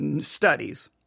studies